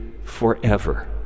forever